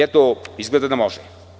Eto, izgleda da može.